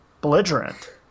belligerent